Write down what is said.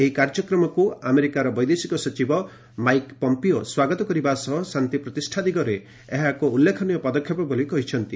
ଏହି କାର୍ଯ୍ୟକ୍ରମକୁ ଆମେରିକାର ବୈଦେଶିକ ସଚିବ ମାଇକ୍ ପମ୍ପିଓ ସ୍ୱାଗତ କରିବା ସହ ଶାନ୍ତି ପ୍ରତିଷ୍ଠା ଦିଗରେ ଏହା ଏକ ଉଲ୍ଲେଖନୀୟ ପଦକ୍ଷେପ ବୋଲି କହିଛନ୍ତି